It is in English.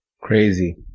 Crazy